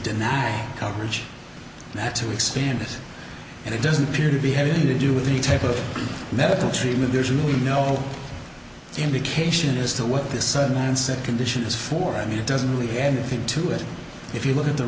matter coverage that to expand it and it doesn't appear to be having to do with any type of medical treatment there's really no indication as to what this man set conditions for i mean it doesn't really have anything to it if you look at the